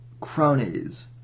cronies